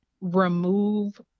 remove